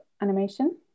animation